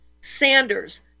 Sanders